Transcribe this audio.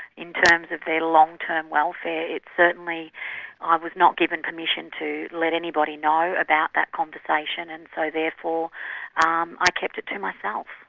in terms of their long-term welfare, certainly ah i was not given permission to let anybody know about that conversation and so therefore um i kept it to myself.